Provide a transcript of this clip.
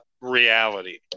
reality